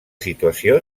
situació